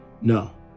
no